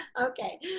Okay